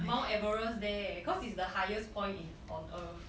mount everest there because is the highest point in on earth